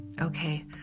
okay